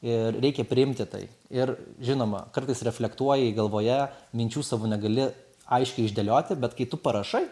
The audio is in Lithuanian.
ir reikia priimti tai ir žinoma kartais reflektuoji galvoje minčių savo negali aiškiai išdėlioti bet kai tu parašai